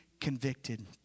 convicted